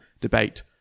debate